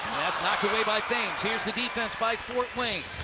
it's knocked away by thames. here's the defense by fort wayne.